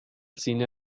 cine